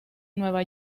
nueva